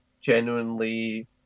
genuinely